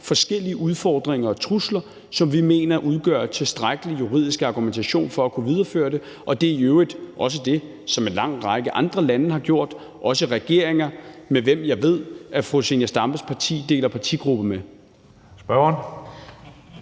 forskellige udfordringer og trusler, som vi mener udgør en tilstrækkelig juridisk argumentation for at kunne videreføre det. Det er i øvrigt også det, som en lang række andre lande har gjort, også regeringer, med hvem jeg ved fru Zenia Stampes parti deler partigruppe.